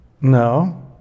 No